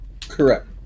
Correct